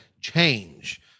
change